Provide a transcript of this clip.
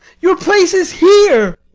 your place is here.